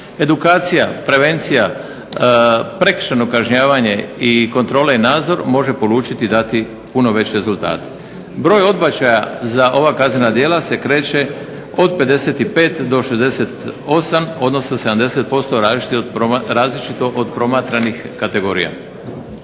Edukacija, prevencija, prekršajno kažnjavanje i kontrola i nadzor može polučiti i dati puno veće rezultate. Broj odbačaja za ova kaznena djela se kreće od 55 do 68 odnosno 70% različito od promatranih kategorija.